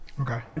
Okay